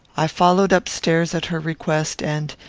i followed up-stairs, at her request and,